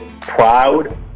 proud